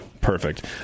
perfect